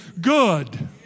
good